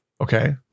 Okay